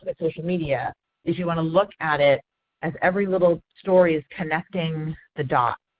but social media is you want to look at at as every little story is connecting the dot.